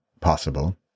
Possible